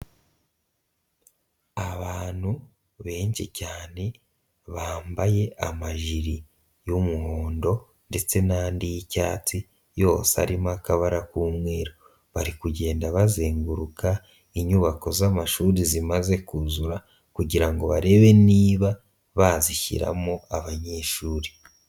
Abantu benshi cyane bambaye amajire y'umuhondo ndetse n'andi y'icyatsi yose arimo akabara k'umweru, bari kugenda bazenguruka inyubako z'amashuri zimaze kuzura kugira ngo barebe niba bazishyiramo abanyeshuri.